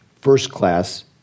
first-class